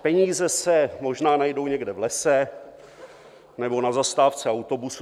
Peníze se možná najdou někde v lese nebo na zastávce autobusu.